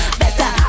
better